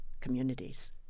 communities